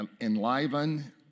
enliven